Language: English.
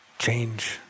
change